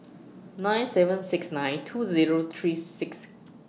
nine seven six nine two Zero three six